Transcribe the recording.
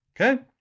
Okay